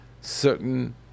certain